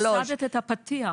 את הפסדת את הפתיח.